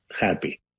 happy